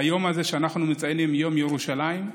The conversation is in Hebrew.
היום הזה שאנחנו מציינים, יום ירושלים,